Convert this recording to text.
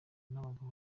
n’abagabo